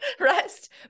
rest